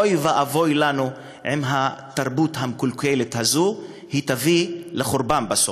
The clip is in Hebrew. אוי ואבוי לנו אם התרבות הקלוקלת הזאת תביא לחורבן בסוף.